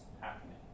happening